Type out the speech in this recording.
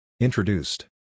Introduced